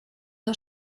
der